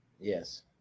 Yes